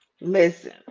listen